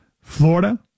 Florida